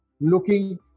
looking